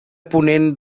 ponent